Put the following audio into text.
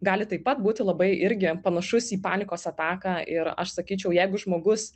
gali taip pat būti labai irgi panašus į panikos ataką ir aš sakyčiau jeigu žmogus